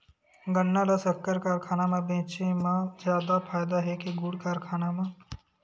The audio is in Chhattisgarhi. गन्ना ल शक्कर कारखाना म बेचे म जादा फ़ायदा हे के गुण कारखाना म?